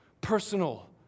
personal